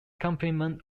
complement